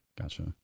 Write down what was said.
Gotcha